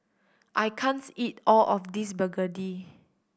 I can't eat all of this begedil